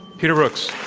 peter brookes.